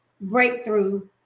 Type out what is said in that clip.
breakthrough